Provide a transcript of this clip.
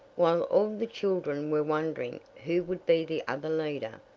while all the children were wondering who would be the other leader,